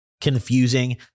confusing